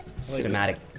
Cinematic